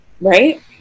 Right